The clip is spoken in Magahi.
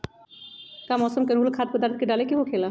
का मौसम के अनुकूल खाद्य पदार्थ डाले के होखेला?